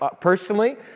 personally